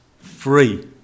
free